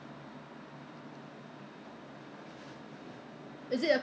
他会那个毛毛会跑出来 right then 会有时候会黏在你的脸上